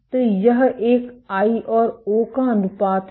तो यह एक आई और ओ का अनुपात है